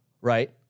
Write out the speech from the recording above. Right